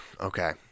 Okay